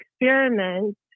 experiment